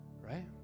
right